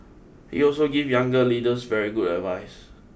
he also give younger leaders very good advice